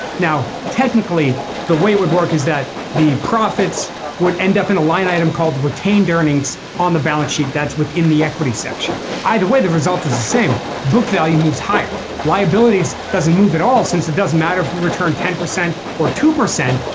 now technically the way it would work is that the profits would end up in a line item called retained earnings on the balance sheet that's within the equity section. either way the result is the same book value moves higher liabilities doesn't move at all since it does matter return ten percent or two percent.